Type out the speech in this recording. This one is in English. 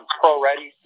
pro-ready